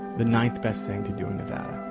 the ninth-best thing to do in nevada.